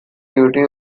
duty